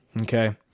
Okay